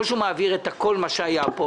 או שהוא יעביר את כל מה שהיה פה,